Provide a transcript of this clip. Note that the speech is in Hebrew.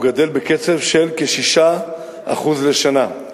גדלה בקצב של 6% בשנה,